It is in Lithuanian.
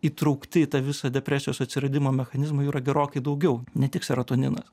įtraukti į tą visą depresijos atsiradimo mechanizmą jų yra gerokai daugiau ne tik serotoninas